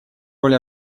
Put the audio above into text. роль